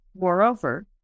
Moreover